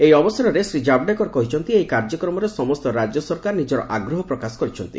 ଏହି ଅବସରରେ ଶ୍ରୀ ଜାବଡେକର କହିଛନ୍ତି ଏହି କାର୍ଯ୍ୟକ୍ରମରେ ସମସ୍ତ ରାଜ୍ୟ ସରକାର ନିଜର ଆଗ୍ରହ ପ୍ରକାଶ କରିଛନ୍ତି